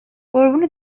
قربون